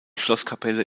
schlosskapelle